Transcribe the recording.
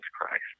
Christ